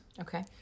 Okay